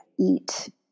eat